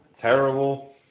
terrible